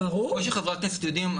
כמו שחברי הכנסת יודעים,